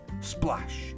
splash